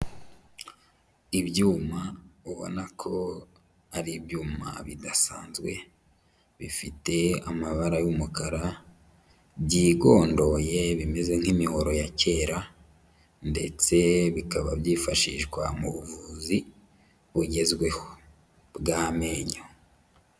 Ibyuma ubona ko ari ibyuma bidasanzwe, bifite amabara y'umukara, byigondoye bimeze nk'imihoro ya kera ndetse bikaba byifashishwa mu buvuzi bugezweho bw'amenyo.